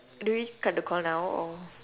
do we cut the call now or